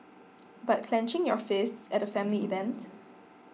but clenching your fists at a family event